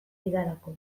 didalako